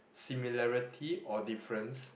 similarity or difference